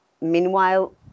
meanwhile